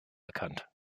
bekannt